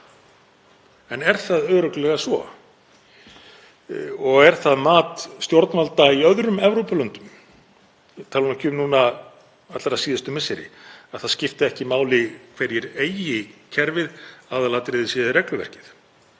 en er það örugglega svo? Er það mat stjórnvalda í öðrum Evrópulöndum, ég tala nú ekki um nú allra síðustu misseri, að það skipti ekki máli hverjir eigi kerfið? Aðalatriðið sé regluverkið?